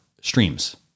streams